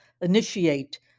initiate